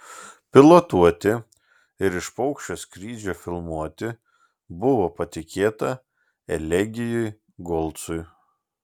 pilotuoti ir iš paukščio skrydžio filmuoti buvo patikėta elegijui golcui